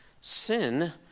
sin